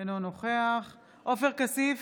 אינו נוכח עופר כסיף,